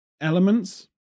elements